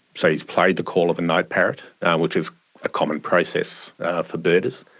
so he's played the call of a night parrot which is a common process for birders.